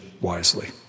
wisely